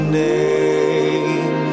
name